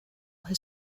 his